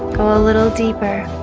go a little deeper